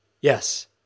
Yes